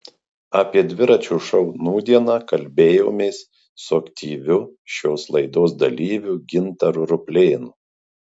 apie dviračio šou nūdieną kalbėjomės su aktyviu šios laidos dalyviu gintaru ruplėnu